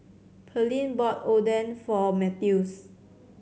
Pearline bought Oden for Mathews